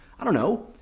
i don't know,